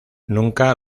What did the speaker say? nunca